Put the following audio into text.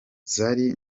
zari